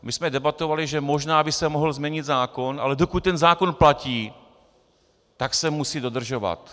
My jsme debatovali, že možná by se mohl změnit zákon, ale dokud ten zákon platí, tak se musí dodržovat.